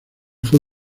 fue